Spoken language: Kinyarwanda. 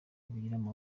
babigiramo